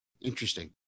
Interesting